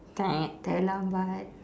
terlambat